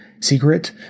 secret